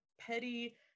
petty